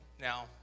Now